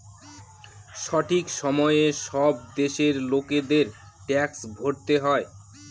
সঠিক সময়ে সব দেশের লোকেদের ট্যাক্স ভরতে হয়